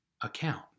account